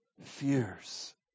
fears